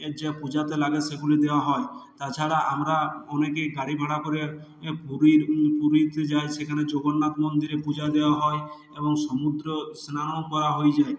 এর যে পূজাতে লাগে সেগুলি দেওয়া হয় তাছাড়া আমরা অনেকেই গাড়ি ভাড়া করে এ পুরীর পুরীতে যাই সেখানে জগন্নাথ মন্দিরে পূজা দেওয়া হয় এবং সমুদ্র স্নানও করা হয়ে যায়